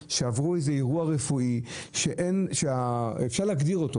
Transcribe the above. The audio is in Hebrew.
אנשים שעברו איזה אירוע רפואי שאפשר להגדיר אותו.